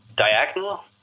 Diagonal